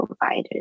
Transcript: providers